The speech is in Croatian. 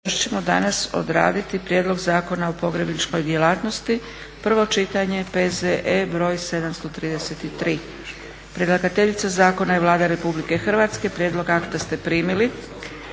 još ćemo danas odraditi - prijedlog Zakona o pogrebničkoj djelatnosti, prvo čitanje, P.Z.E. br. 733; Predlagateljica zakona je Vlada Republike Hrvatske. Prijedlog akta ste primili.